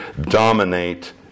dominate